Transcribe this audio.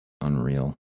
unreal